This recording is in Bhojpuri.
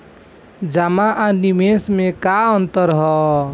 जमा आ निवेश में का अंतर ह?